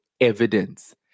evidence